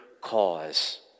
cause